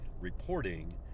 reporting